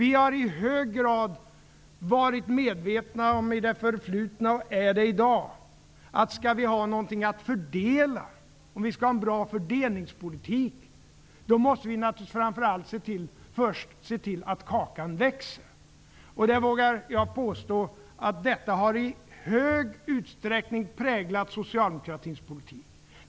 Vi är i hög grad medvetna om -- och har varit det i det förflutna -- att man, för att kunna ha en bra fördelningspolitik, naturligtvis först måste se till att kakan växer. Detta har i hög utsträckning, vågar jag påstå, präglat socialdemokratins politik.